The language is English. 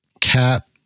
cap